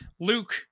Luke